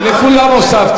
לכולם הוספתי.